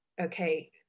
okay